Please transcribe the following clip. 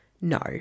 No